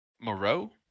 Moreau